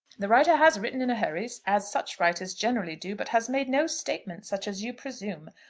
the writer has written in a hurry, as such writers generally do, but has made no statement such as you presume.